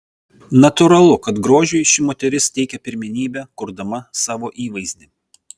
natūralu kad grožiui ši moteris teikia pirmenybę kurdama savo įvaizdį